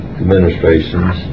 administrations